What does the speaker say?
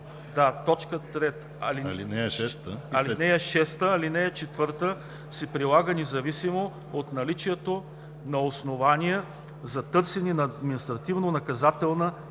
4, т. 3. (6) Алинея 4 се прилага независимо от наличието на основания за търсене на административнонаказателна